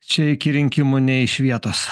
čia iki rinkimų ne iš vietos